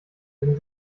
können